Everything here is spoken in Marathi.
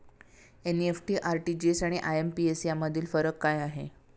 एन.इ.एफ.टी, आर.टी.जी.एस आणि आय.एम.पी.एस यामधील फरक काय आहे?